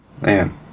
Man